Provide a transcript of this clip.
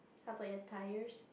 how about your tyres